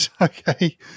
Okay